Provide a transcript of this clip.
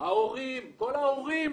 כל ההורים,